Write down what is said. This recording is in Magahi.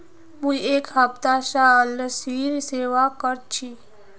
मुई एक हफ्ता स अलसीर सेवन कर छि